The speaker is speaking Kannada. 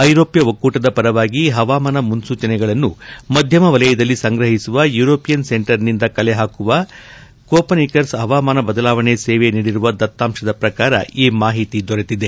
ಐರೋಪ್ತ ಒಕ್ಕೂಟದ ಪರವಾಗಿ ಹವಾಮಾನ ಮುನ್ನೂಚನೆಗಳನ್ನು ಮಧ್ಯಮ ವಲಯದಲ್ಲಿ ಸಂಗ್ರಹಿಸುವ ಯುರೋಪಿಯನ್ ಸೆಂಟರ್ನಿಂದ ಕಲೆಹಾಕುವ ಕಾರ್ಯನಿರ್ವಹಿಸುವ ಕೋಪನೀಕರ್ನ್ ಹವಾಮಾನ ಬದಲಾವಣೆ ಸೇವೆ ನೀಡಿರುವ ದತ್ತಾಂಶದ ಪ್ರಕಾರ ಈ ಮಾಹಿತಿ ದೊರೆತಿದೆ